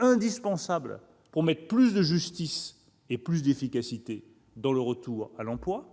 indispensable pour introduire plus de justice et plus d'efficacité dans le retour à l'emploi ;